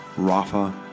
Rafa